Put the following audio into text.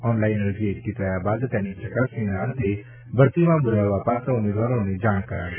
online અરજી એકઠી થયા બાદ તેની ચકાસણીના અંતે ભરતીમાં બોલાવવા પાત્ર ઉમેદવારને જાણ કરાશે